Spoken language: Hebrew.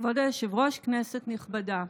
כבוד היושב-ראש, כנסת נכבדה,